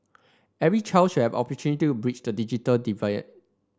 every child should have opportunity to bridge the digital divide